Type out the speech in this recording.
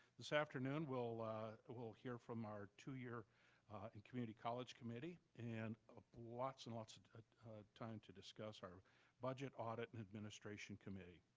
this afternoon, we'll we'll hear from our two-year in community college committee, and ah lots and lots of time to discuss our budget, audit, and administration committee.